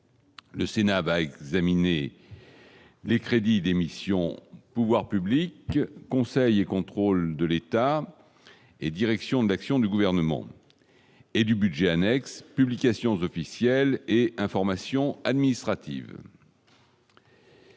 Le Sénat va examiner les crédits d'émission, pouvoirs publics conseillés et contrôle de l'État et direction de l'action du gouvernement et du budget annexe publications officielles et information administrative.